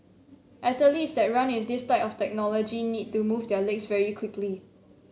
athletes that run with this type of technology need to move their legs very quickly